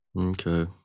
okay